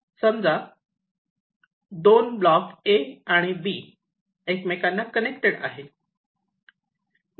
समजा 2 block A आणि B एकमेकांना कनेक्टेड आहे